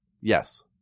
Yes